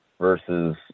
versus